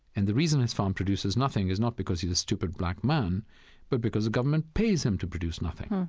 and the reason his farm produces nothing is not because he's a stupid black man but because the government pays him to produce nothing.